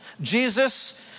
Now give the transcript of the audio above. Jesus